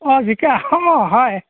অঁ জিকা অ' হয়